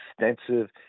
extensive